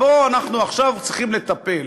בו אנחנו עכשיו צריכים לטפל.